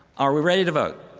are we ready to vote?